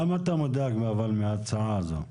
למה אבל אתה מודאג מההצעה הזאת?